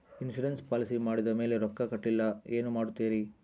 Insurance policy ಮಾಡಿದ ಮೇಲೆ ರೊಕ್ಕ ಕಟ್ಟಲಿಲ್ಲ ಏನು ಮಾಡುತ್ತೇರಿ?